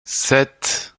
sept